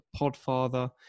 Podfather